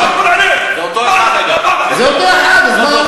(אומר דברים בשפה הערבית, להלן תרגומם לעברית: